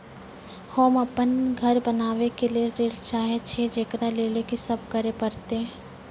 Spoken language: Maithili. होम अपन घर बनाबै के लेल ऋण चाहे छिये, जेकरा लेल कि सब करें परतै?